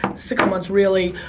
six months really,